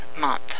month